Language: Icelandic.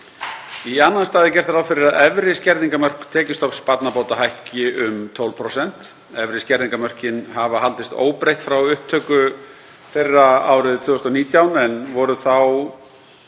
Í annan stað er gert ráð fyrir að efri skerðingarmörk tekjustofns barnabóta hækki um 12%. Efri skerðingarmörkin hafa haldist óbreytt frá upptöku þeirra árið 2019 en voru þá